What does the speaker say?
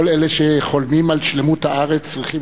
כל אלה שחולמים על שלמות הארץ צריכים